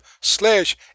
Slash